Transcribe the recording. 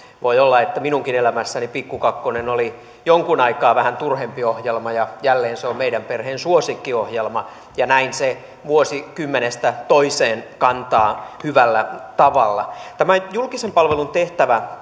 voi olla että minunkin elämässäni pikku kakkonen oli jonkun aikaa vähän turhempi ohjelma ja jälleen se on meidän perheen suosikkiohjelma ja näin se vuosikymmenestä toiseen kantaa hyvällä tavalla tämä julkisen palvelun tehtävä